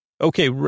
okay